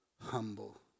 humble